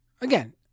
Again